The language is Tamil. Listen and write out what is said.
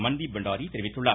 மன்தீப் பண்டாரி தெரிவித்துள்ளார்